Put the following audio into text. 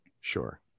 Sure